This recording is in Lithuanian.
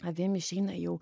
avim išeina jau